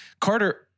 Carter